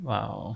Wow